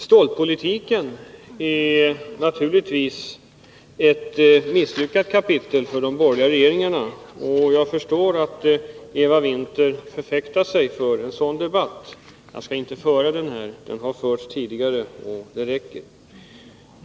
Stålpolitiken är naturligtvis ett misslyckat kapitel för de borgerliga regeringarna, och jag förstår att Eva Winther drar sig för en sådan debatt. Jag skall inte föra den här. Den har förts tidigare, och det räcker.